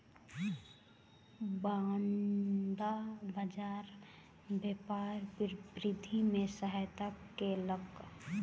bond बाजार व्यापार वृद्धि में सहायता केलक